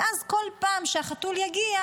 ואז כל פעם שהחתול יגיע,